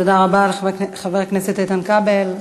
תודה רבה לחבר הכנסת איתן כבל.